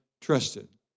trusted